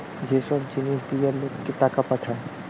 যে সব জিনিস দিয়া লোককে টাকা পাঠায়